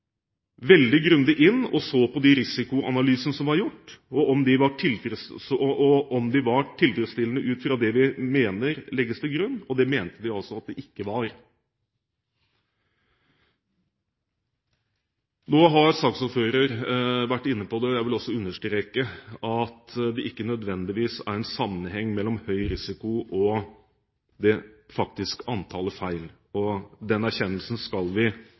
veldig grundig inn og så på de risikoanalysene som var gjort, og om de var tilfredsstillende ut fra det vi mener legges til grunn. Og det mente vi ikke de var.» Nå har saksordføreren vært inne på – og jeg vil også understreke – at det ikke nødvendigvis er en sammenheng mellom høy risiko og det faktiske antallet feil. Den erkjennelsen skal vi